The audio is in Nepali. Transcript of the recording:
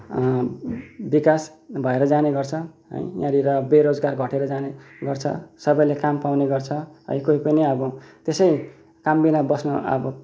विकास भएर जाने गर्छ है यहाँनिर बेरोजगार घटेर जाने गर्छ सबैले काम पाउने गर्छ है कोही पनि अब त्यसै कामबिना बस्न अब